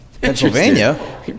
Pennsylvania